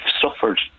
suffered